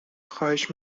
خواهش